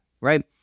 right